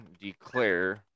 declare